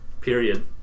Period